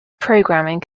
programming